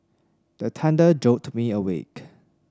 the thunder jolt me awake